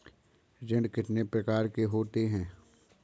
ऋण कितनी प्रकार के होते हैं?